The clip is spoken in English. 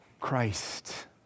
Christ